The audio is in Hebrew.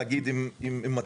להגיד אם מתאים,